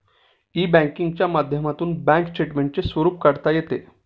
E बँकिंगच्या माध्यमातून bank स्टेटमेंटचे स्वरूप काढता येतं